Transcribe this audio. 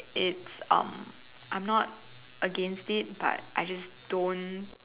it's um I'm not against it but I just don't